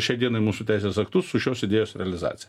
šiai dienai mūsų teisės aktus su šios idėjos realizacija